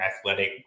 athletic